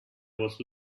was